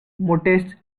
motets